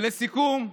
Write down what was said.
לסיכום,